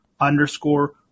underscore